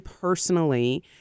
personally